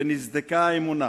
נסדקה האמונה